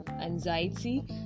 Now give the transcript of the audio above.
anxiety